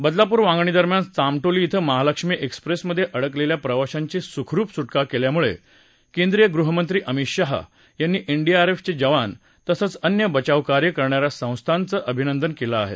बदलापूर वांगणी दरम्यान चामटोली इथं महालक्ष्मी एक्सप्रेसमधे अडकलेल्या प्रवाशांची सुखरुप सुटका केल्यामुळे केंद्रीय गृहमंत्री अमित शहा यांनी एनडीआरएफ चे जवान तसंच अन्य बचाव कार्य करणा या संस्थानचं अभिनंदन केलं आहे